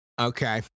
Okay